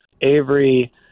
Avery